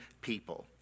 people